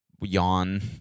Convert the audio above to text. Yawn